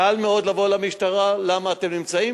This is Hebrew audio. קל מאוד לבוא למשטרה, למה אתם נמצאים?